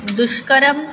दुष्करं